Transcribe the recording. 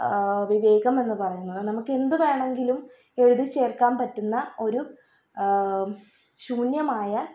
വിവേകം എന്ന് പറയുന്നത് നമുക്കെന്ത് വേണമെങ്കിലും എഴുതി ചേർക്കാൻ പറ്റുന്ന ഒരു ശൂന്യമായ